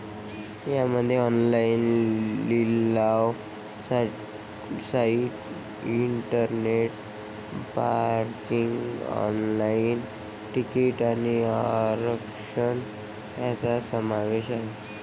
यामध्ये ऑनलाइन लिलाव site, internet banking, online तिकिटे आणि आरक्षण यांचा समावेश आहे